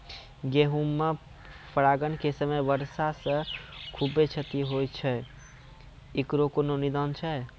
गेहूँ मे परागण के समय वर्षा से खुबे क्षति होय छैय इकरो कोनो निदान छै?